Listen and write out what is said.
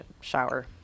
Shower